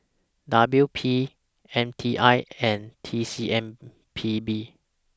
W P M T I and T C M P B